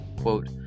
quote